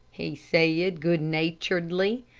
he said, good-naturedly.